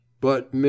But